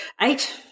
eight